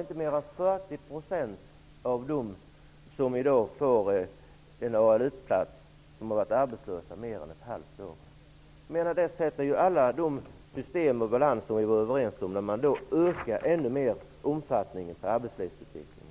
Inte mer än 40 % av dem som i dag får en ALU-plats har varit arbetslösa i mer än ett halvt år. Det sätter alla de system ur balans som vi var överens om, när man ökar omfattningen på arbetslivsutvecklingen.